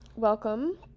Welcome